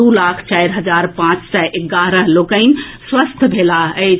दू लाख चारि हजार पांच सय एगारह लोकनि स्वस्थ भेलाह अछि